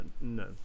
no